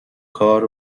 کار